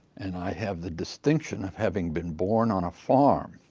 and i have the distinction of having been born on a farm.